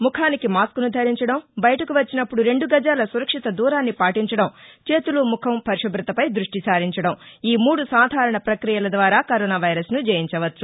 ముఖానికి మాస్కును ధరించడం బయటకు వచ్చినప్పుడు రెండు గజాల సురక్షిత దూరాన్ని పాటించడం చేతులు ముఖం పరిశుభతపై దృష్టి సారించడంఈ మూడు సాధారణ ప్రక్రియల ద్వారా కరోనా వైరస్ను జయించవచ్చు